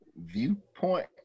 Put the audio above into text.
viewpoint